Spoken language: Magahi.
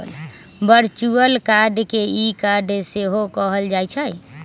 वर्चुअल कार्ड के ई कार्ड सेहो कहल जाइ छइ